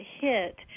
hit